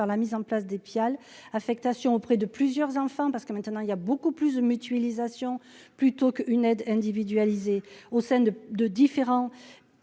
par la mise en place des pieds à l'affectation auprès de plusieurs enfants, parce que maintenant il y a beaucoup plus de mutualisation, plutôt qu'une aide individualisée au sein de de différents